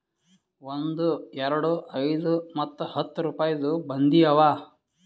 ಒಂದ್, ಎರಡು, ಐಯ್ದ ಮತ್ತ ಹತ್ತ್ ರುಪಾಯಿದು ಬಂದಿ ಅವಾ